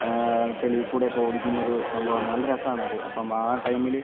ചളിയിൽക്കൂടെ ഒക്കെ ഓടിക്കുന്ന ഒരു സംഭവാണ് നല്ല രസമാണ് അത് അപ്പം ആ ടൈമിൽ